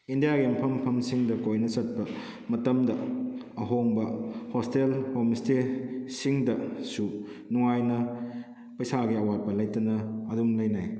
ꯏꯟꯗꯤꯌꯥꯒꯤ ꯃꯐꯝ ꯃꯐꯝꯁꯤꯡꯗ ꯀꯣꯏꯅ ꯆꯠꯄ ꯃꯇꯝꯗ ꯑꯍꯣꯡꯕ ꯍꯣꯁꯇꯦꯜ ꯍꯣꯝ ꯏꯁꯇꯦ ꯁꯤꯡꯗꯁꯨ ꯅꯨꯡꯉꯥꯏꯅ ꯄꯩꯁꯥꯒꯤ ꯑꯋꯥꯠꯄ ꯂꯩꯇꯅ ꯑꯗꯨꯝ ꯂꯩꯅꯩ